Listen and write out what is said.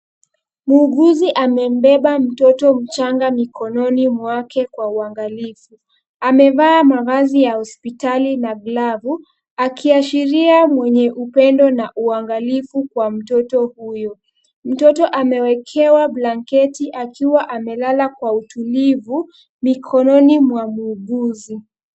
Muuguzi amembeba mtoto mchanga mikononi mwake kwa uangalifu. Amevaa mavazi ya hospitali na glavu akiashiria mwenye upendo na ungalifu kwa mtoto huyo. Mtoto amewekewa blanketi akiwa amelala kwa utulivu mikononi mwa muuguzi.